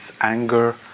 anger